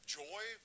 joy